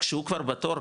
כשהוא כבר בתור,